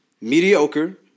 mediocre